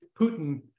Putin